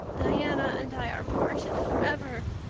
diana and i are parted forever.